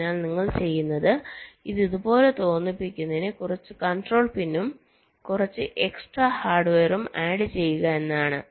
അതിനാൽ നിങ്ങൾ ചെയ്യുന്നത് ഇത് ഇതുപോലെ തോന്നിപ്പിക്കുന്നതിന് കുറച്ച് കൺട്രോൾ പിന്നും കുറച്ച് എക്സ്ട്രാ ഹാർഡ്വെയറും ആഡ് ചെയ്യക എന്നതാണ്